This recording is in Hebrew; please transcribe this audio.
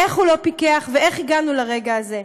איך הוא לא פיקח ואיך הגענו לרגע הזה.